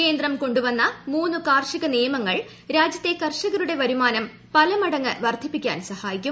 കേന്ദ്രം കൊണ്ടുവന്ന മൂന്നു കാർഷിക നിയമങ്ങൾ രാജ്യത്തെ കർഷകരുടെ വരുമാനം പലമടങ്ങ് വർധിപ്പിക്കാൻ സഹായിക്കും